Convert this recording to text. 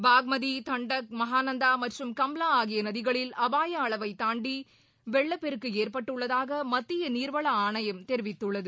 பாக்மதி தண்டக் மகானந்தா மற்றும் கம்லா ஆகிய நதிகளில் அபாய அளவைத் தாண்டி வெள்ளப் பெருக்கு ஏற்பட்டுள்ளதாக மத்திய நீர்வள ஆணையம் தெரிவித்துள்ளது